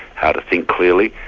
how to think clearly.